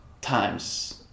times